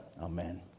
Amen